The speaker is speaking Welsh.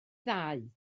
ddau